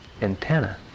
antenna